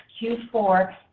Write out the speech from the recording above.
Q4